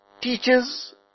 teachers